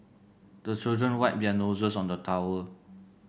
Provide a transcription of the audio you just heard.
the children wipe their noses on the towel